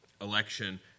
election